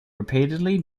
repeatedly